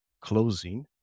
closing